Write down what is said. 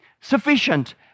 sufficient